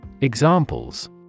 Examples